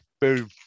boom